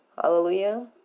Hallelujah